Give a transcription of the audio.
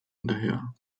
hinterher